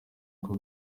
uko